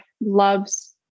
loves